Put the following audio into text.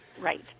right